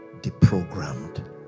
deprogrammed